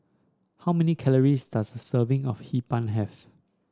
how many calories does a serving of Hee Pan have